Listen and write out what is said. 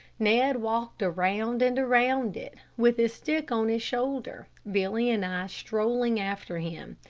ned walked around and around it, with his stick on his shoulder, billy and i strolling after him.